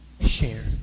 share